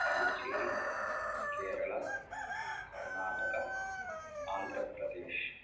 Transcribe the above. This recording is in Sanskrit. पाण्डिचेरि केरलः कर्नाटकः आन्ध्रप्रदेशः